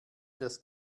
das